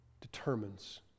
determines